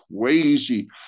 crazy